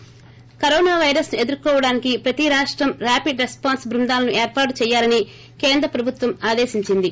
ి corona virus ను ఎదుర్కోవడానికి ప్రతీ రాష్టం రేపిడ్ రెస్పాన్స్ బృందాలను ఏర్పాటు చేసుకోవాలని కేంద్ర ప్రభుత్వం ఆదేశించింది